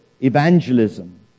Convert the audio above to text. evangelism